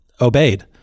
obeyed